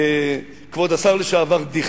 כבוד השר לשעבר דיכטר,